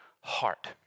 heart